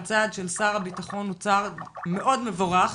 הצעד של שר הביטחון הוא צעד מאוד מבורך.